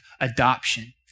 adoption